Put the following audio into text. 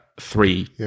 three